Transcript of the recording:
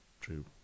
true